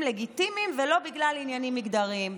לגיטימיים ולא בגלל עניינים מגדריים.